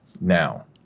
now